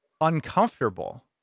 uncomfortable